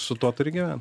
su tuo turi gyvent